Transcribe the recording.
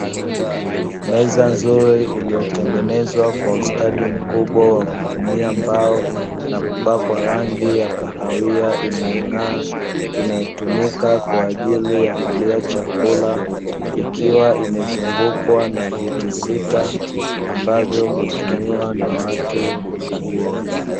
Meza nzuri iliyotengenezwa kwa ustadi ukubwa wa kutumia mbao, na kupakwa rangi ya kahawia inayo ng'áa, inayotumika kwaajii ya kulia chakua ikiwa imezungukwa na viti sita, ambavyo hutumiwa na watu kukalia.